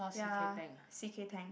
ya C_K-Tang